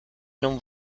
non